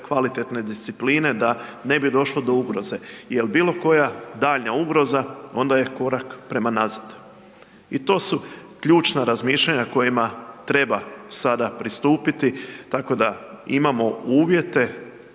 kvalitetne discipline da ne bi došlo do ugroze jel bilo koja daljnja ugroza onda je korak prema nazad. I to su ključna razmišljanja kojima treba sada pristupiti, tako da imamo uvjete